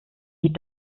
lied